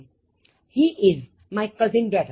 He is my cousin brother